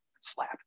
slap